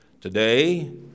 today